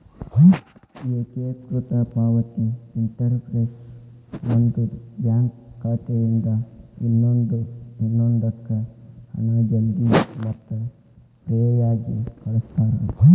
ಏಕೇಕೃತ ಪಾವತಿ ಇಂಟರ್ಫೇಸ್ ಒಂದು ಬ್ಯಾಂಕ್ ಖಾತೆಯಿಂದ ಇನ್ನೊಂದಕ್ಕ ಹಣ ಜಲ್ದಿ ಮತ್ತ ಫ್ರೇಯಾಗಿ ಕಳಸ್ತಾರ